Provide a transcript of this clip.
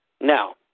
Now